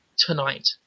tonight